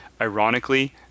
Ironically